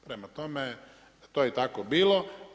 Prema tome, to je tako bilo.